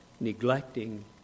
neglecting